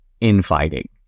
infighting